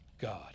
God